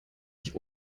ich